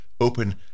open